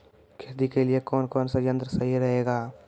खेती के लिए कौन कौन संयंत्र सही रहेगा?